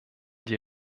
die